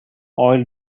oil